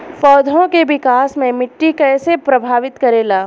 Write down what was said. पौधा के विकास मे मिट्टी कइसे प्रभावित करेला?